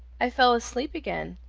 i fell asleep again.